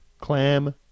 Clam